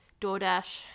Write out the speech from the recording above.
DoorDash